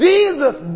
Jesus